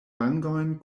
vangojn